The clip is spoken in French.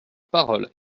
parole